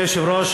אלהרר.